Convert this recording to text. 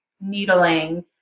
needling